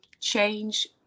Change